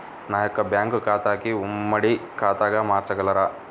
నా యొక్క బ్యాంకు ఖాతాని ఉమ్మడి ఖాతాగా మార్చగలరా?